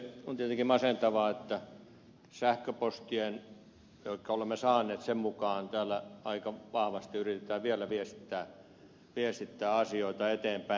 on tietenkin masentavaa että saamiemme sähköpostien mukaan täällä aika vahvasti yritetään vielä viestittää asioita eteenpäin